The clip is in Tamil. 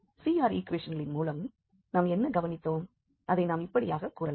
CR ஈக்குவேஷன்களின் மூலமாக நாம் என்ன கவனித்தோம் அதை நாம் இப்படியாக கூறலாம்